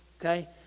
okay